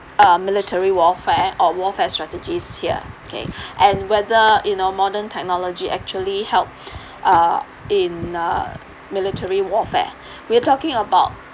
uh military warfare or warfare strategies here okay and whether you know modern technology actually help uh in uh military warfare we're talking about